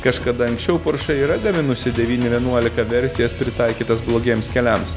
kažkada anksčiau poršė yra gaminusi devyni vienuolika versijas pritaikytas blogiems keliams